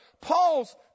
Paul's